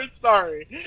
sorry